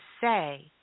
say